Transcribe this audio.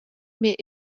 mais